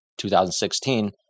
2016